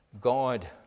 God